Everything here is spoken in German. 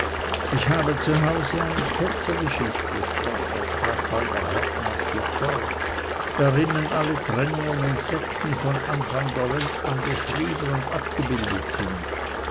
ich habe zu hause auch eine ketzergeschichte sprach der krachhalder hartnäckig fort darinnen alle trennungen und sekten von anfang der welt an beschrieben und abgebildet sind